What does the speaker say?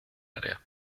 área